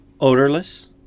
odorless